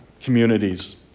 communities